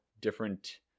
different